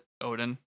Odin